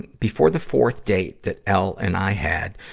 before the fourth date that l and i had,